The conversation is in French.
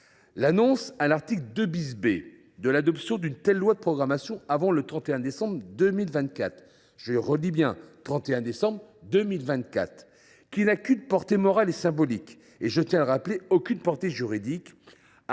L’annonce, à l’article 2 B, de l’adoption d’une telle loi de programmation avant le 31 décembre 2024 – j’insiste sur cette date –, qui n’a qu’une portée morale et symbolique et – je tiens à le rappeler – aucune portée juridique,